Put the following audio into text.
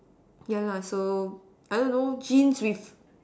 yeah lah so I don't know jeans with